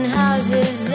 houses